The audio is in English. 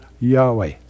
Yahweh